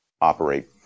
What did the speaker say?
operate